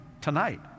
tonight